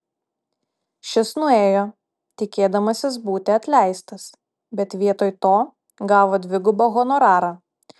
šis nuėjo tikėdamasis būti atleistas bet vietoj to gavo dvigubą honorarą